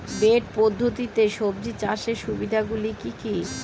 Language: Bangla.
বেড পদ্ধতিতে সবজি চাষের সুবিধাগুলি কি কি?